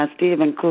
Stephen